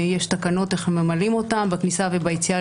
יש תקנות איך ממלאים אותם בכניסה וביציאה